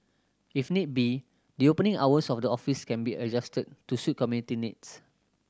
if need be the opening hours of the offices can be adjusted to suit community needs